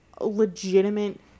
legitimate